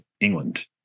England